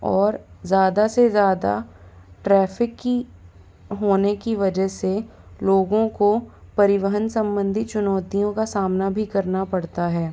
और ज़्यादा से ज़्यादा ट्रैफ़िक की होने की वजह से लोगों को परिवहन संबंधी चुनौतियों का सामना भी करना पड़ता है